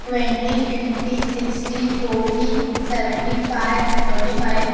twenty fifty sixty forty seventy five thirty five